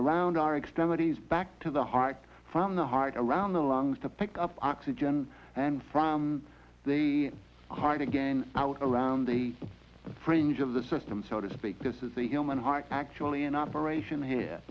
around our externalities back to the heart from the heart around the lungs to pick up oxygen and from the heart again out around the fringe of the system so to speak this is the human heart actually in operation here